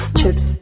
chips